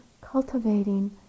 cultivating